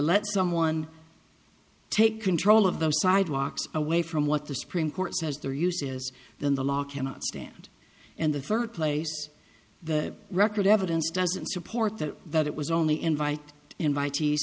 let someone take control of those sidewalks away from what the supreme court says their use is then the law cannot stand and the first place the record evidence doesn't support that that it was only invite invite